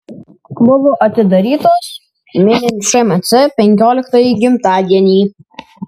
buvo atidarytos minint šmc penkioliktąjį gimtadienį